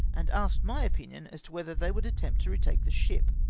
and asked my opinion as to whether they would attempt to retake the ship.